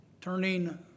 turning